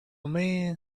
man